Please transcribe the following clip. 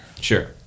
Sure